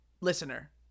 listener